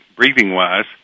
breathing-wise